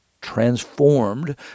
transformed